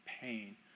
pain